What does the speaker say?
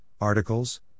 articles